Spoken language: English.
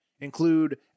include